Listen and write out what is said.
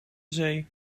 zee